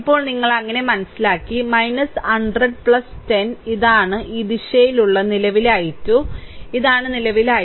ഇപ്പോൾ നിങ്ങൾ അങ്ങനെ മനസ്സിലാക്കി 100 10 ഇതാണ് ഈ ദിശയിലുള്ള നിലവിലെ i2 ഇതാണ് നിലവിലെ i2